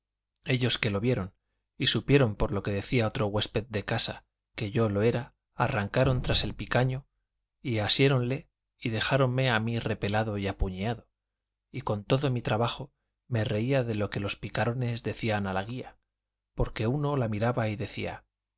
ellos que lo vieron y supieron por lo que decía otro huésped de casa que yo lo era arrancaron tras el picaño y asiéronle y dejáronme a mí repelado y apuñeado y con todo mi trabajo me reía de lo que los picarones decían a la guía porque uno la miraba y decía